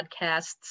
podcasts